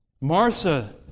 Martha